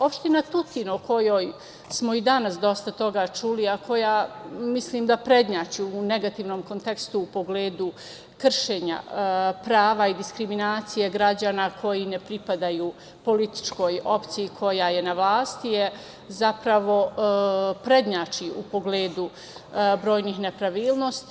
Opština Tutin, o kojoj smo i danas dosta toga čuli, a koja mislim da prednjači u negativnom kontekstu u pogledu kršenja prava i diskriminacije građana koji ne pripadaju političkoj opciji koja je na vlasti, zapravo prednjači u pogledu brojnih nepravilnosti.